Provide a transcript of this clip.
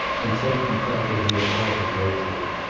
and clayton felt that he had altered lately.